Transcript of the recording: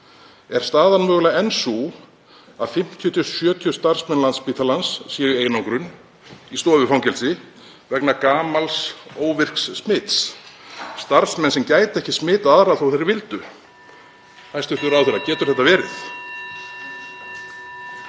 Er staðan mögulega enn sú að 50 til 70 starfsmenn Landspítalans séu í einangrun í stofufangelsi vegna gamals óvirks smits, starfsmenn sem gætu ekki smitað aðra þó að þeir vildu? Hæstv. ráðherra, getur þetta verið?